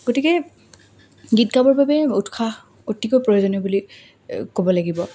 গতিকে গীত গাবৰ বাবে উৎসাহ অতিকৈ প্ৰয়োজনীয় বুলি ক'ব লাগিব